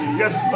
yes